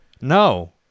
No